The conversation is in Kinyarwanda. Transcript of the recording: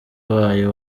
abaye